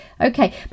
okay